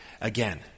again